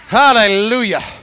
hallelujah